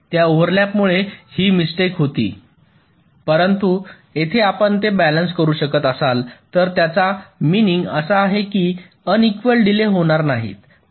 त्या ओव्हरलॅपमुळे ही मिस्टेक होती परंतु येथे आपण ते बॅलन्स करू शकत असाल तर त्याचा मिनिंग असा आहे की अनइक्वल डीले होणार नाहीत